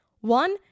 One